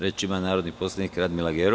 Reč ima narodni poslanik Radmila Gerov.